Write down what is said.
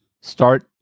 start